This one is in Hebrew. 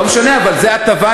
לא משנה, אבל זו הטבה.